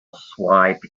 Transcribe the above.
swipe